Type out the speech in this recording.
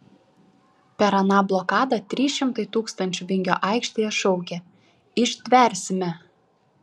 per aną blokadą trys šimtai tūkstančių vingio aikštėje šaukė ištversime